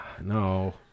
No